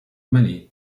money